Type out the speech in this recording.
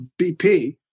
BP